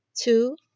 Two